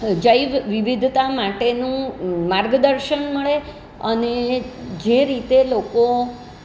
જૈવ વિવિધતા માટેનું માર્ગદર્શન મળે અને જે રીતે લોકો